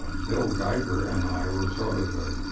ah bill geiger and i were sort of oh,